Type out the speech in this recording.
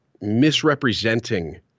misrepresenting